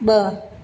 ब॒